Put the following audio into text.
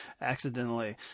accidentally